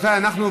מה